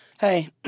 Hey